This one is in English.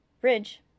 Bridge